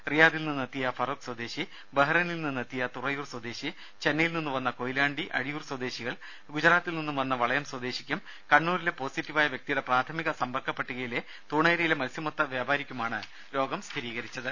റിയാദിൽ നിന്നെത്തിയ ഫറോക്ക് സ്വദേശി ബഹറൈനിൽ നിന്നെത്തിയ തുറയൂർ സ്വദേശി ചെന്നൈയിൽ നിന്നെത്തിയ കൊയിലാണ്ടി അഴിയൂർ സ്വദേശികളും ഗുജറാത്തിൽ നിന്നും വന്ന വളയം സ്വദേശിക്കും കണ്ണൂരിലെ പോസിറ്റീവായ വ്യക്തിയുടെ പ്രാഥമിക സമ്പർക്കപ്പട്ടികയിലെ തൂണേരിയിലെ മത്സ്യമൊത്ത വ്യാപാരിക്കുമാണ് രോഗം സ്ഥിരീകരിച്ചത്